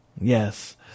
Yes